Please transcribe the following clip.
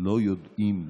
לא יודעים,